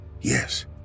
Yes